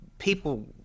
people